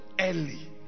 early